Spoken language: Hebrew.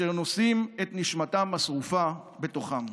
אשר נושאים את נשמתם השרופה בתוכם.